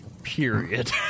Period